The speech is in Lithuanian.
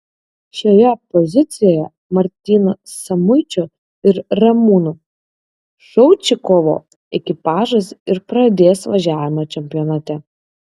šioje pozicijoje martyno samuičio ir ramūno šaučikovo ekipažas ir pradės važiavimą čempionate